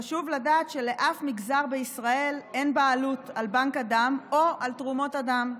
חשוב לדעת שלאף מגזר בישראל אין בעלות על בנק הדם או על תרומות הדם.